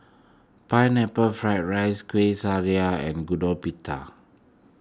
Pineapple Fried Rice Kuih Syara and Gudeg Putih